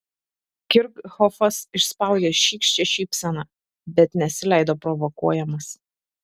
kirchhofas išspaudė šykščią šypseną bet nesileido provokuojamas